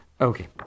Okay